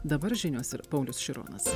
dabar žinios ir paulius šironas